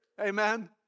Amen